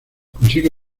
consigue